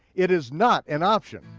it is not an option.